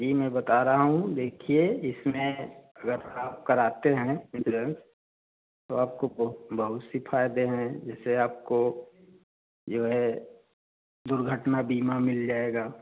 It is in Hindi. जी मैं बता रहा हूँ देखिए इसमें अगर आप कराते हैं इंसोरेंस तो आपको बोह बहुत से फ़ायदे हैं जैसे आपको जो है दुर्घटना बीमा मिल जाएगा